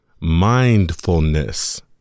mindfulness